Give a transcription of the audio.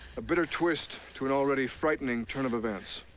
a bitter twist to an already frightening turn of events.